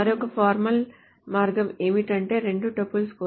మరొక ఫార్మల్ మార్గం ఏమిటంటే రెండు టపుల్స్ కోసం t1